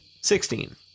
Sixteen